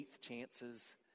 chances